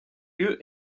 lieu